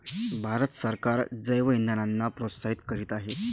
भारत सरकार जैवइंधनांना प्रोत्साहित करीत आहे